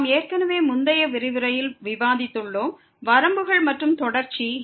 நாம் ஏற்கனவே முந்தைய விரிவுரையில் விவாதித்துள்ளோம் வரம்புகள் மற்றும் தொடர்ச்சி